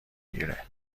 گیره